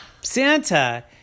Santa